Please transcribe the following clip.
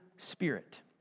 Spirit